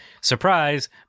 surprise